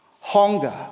hunger